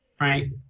Right